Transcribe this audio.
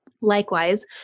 Likewise